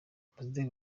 ambasaderi